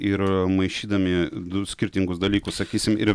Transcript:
ir maišydami du skirtingus dalykus sakysim ir